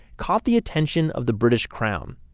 caught the attention of the british crown.